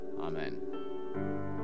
Amen